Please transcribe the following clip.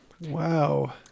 Wow